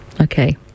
Okay